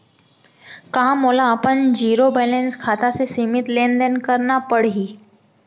का मोला अपन जीरो बैलेंस खाता से सीमित लेनदेन करना पड़हि?